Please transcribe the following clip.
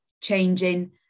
changing